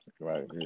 Right